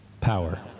Power